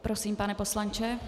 Prosím, pane poslanče.